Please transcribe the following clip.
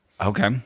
Okay